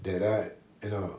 that ah you know